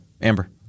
Amber